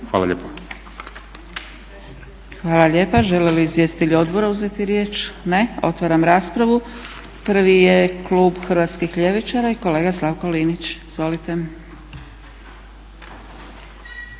Dragica (SDP)** Hvala lijepo. Žele li izvjestitelji odbora uzeti riječ? Ne. Otvaram raspravu. Prvi je klub Hrvatskih ljevičara i kolega Slavko Linić. Izvolite.